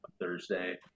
Thursday